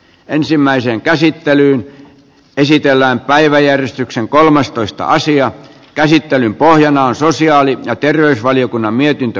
ensimmäiseen käsittelyyn esitellään päiväjärjestyksen kolmastoista asian käsittelyn pohjana on sosiaali ja terveysvaliokunnan mietintö